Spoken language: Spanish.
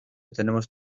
tenemos